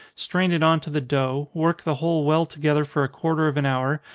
strain it on to the dough, work the whole well together for a quarter of an hour,